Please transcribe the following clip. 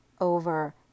over